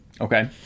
okay